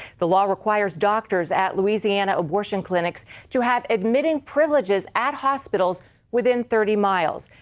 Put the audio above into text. the law requires doctors at louisiana abortion clinics to have admitting privileges at hospitals within thirty miles.